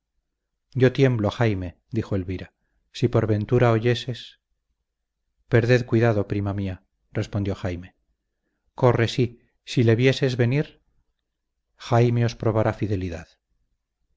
yo tiemblo jaime dijo elvira si por ventura oyeses perded cuidado prima mía respondió jaime corre sí si le vieses venir jaime os probará fidelidad